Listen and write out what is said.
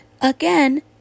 again